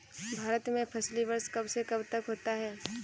भारत में फसली वर्ष कब से कब तक होता है?